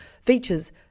features